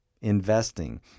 Investing